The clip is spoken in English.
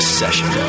session